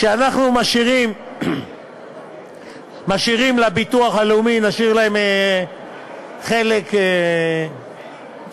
כשאנחנו משאירים לביטוח הלאומי נשאיר להם חלק מצומצם,